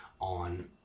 on